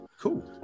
cool